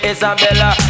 Isabella